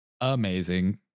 Amazing